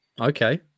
Okay